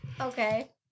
Okay